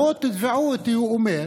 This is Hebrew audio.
בואו, תתבעו אותי, הוא אומר